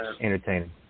entertaining